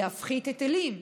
להפחית היטלים,